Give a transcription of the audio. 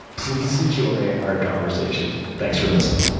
please enjoy our conversation. thanks for listening.